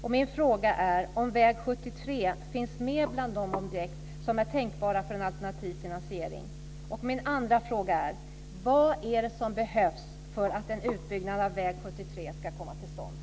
Min ena fråga är om väg 73 finns med bland de objekt som är tänkbara för en alternativ finansiering. Min andra fråga är: Vad är det som behövs för att en utbyggnad av väg 73 ska komma till stånd?